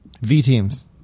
V-teams